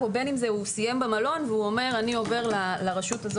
או בין אם הוא סיים במלון והוא אומר שהוא עובר לרשות המקומית